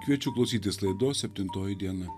kviečiu klausytis laidos septintoji diena